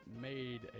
made